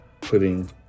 putting